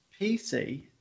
PC